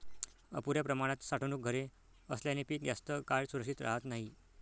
अपुर्या प्रमाणात साठवणूक घरे असल्याने पीक जास्त काळ सुरक्षित राहत नाही